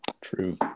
True